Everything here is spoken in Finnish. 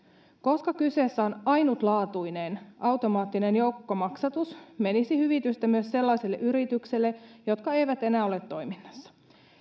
koska kyseessä on ainutlaatuinen automaattinen joukkomaksatus menisi hyvitystä myös sellaisille yrityksille jotka eivät enää ole toiminnassa